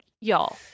y'all